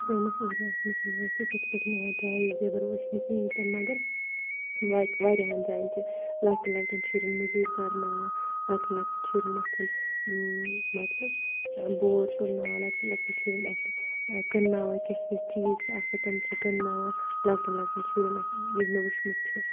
سٲنِس ایریاہَس منٛز چھِ نہٕ ویسے تِتھ پٲٹھۍ یِوان چایلڈ لیبَر وٕچھنہٕ کِہیٖنۍ تہِ نہٕ مگر واک واریَہَن جایَن چھِ لَکٹیٚن لَکٹیٚن شُریٚن موٚزوٗرۍ کَرناوان لَکٹیٚن لَکٹیٚن شُریٚن اَتھیٚن مطلب بور تُلناوان لَکٹیٚن لَکٹیٚن شُریٚن اَتھِ کٕنناوان کینٛہہ کینٛہہ چیٖز چھِ آسان تٕم چھِ کٕنناوان لَکٹیٚن لَکٹیٚن شُریٚن اَتھِ یِہ مےٚ وٕچھمُت چھُ